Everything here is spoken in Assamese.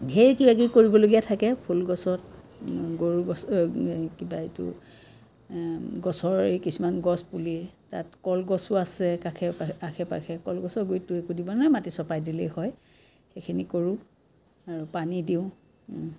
ধেৰ কিবা কিবি কৰিবলগীয়া থাকে ফুলগছত গৰু গছ কিবা এইটো গছৰ এই কিছুমান গছ পুলি তাত কলগছো আছে কাষে আশে পাশে কলগছৰ গুড়িততো একো দিব নোৱাৰি মাটি চপাই দিলেই হয় সেইখিনি কৰোঁ আৰু পানী দিওঁ